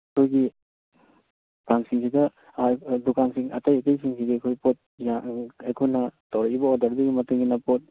ꯑꯩꯈꯣꯏꯒꯤ ꯗꯨꯀꯥꯟꯁꯤꯡꯁꯤꯗ ꯗꯨꯀꯥꯟꯁꯤꯡ ꯑꯇꯩ ꯑꯇꯩꯁꯤꯡꯁꯤꯗꯤ ꯑꯩꯈꯣꯏ ꯄꯣꯠ ꯑꯩꯈꯣꯏꯅ ꯇꯧꯔꯛꯏꯕ ꯑꯣꯔꯗꯔꯗꯨꯒꯤ ꯃꯇꯨꯡ ꯏꯟꯅ ꯄꯣꯠ